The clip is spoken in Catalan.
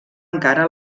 encara